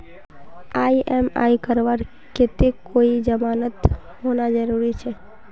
EMI करवार केते कोई जमानत होना जरूरी छे?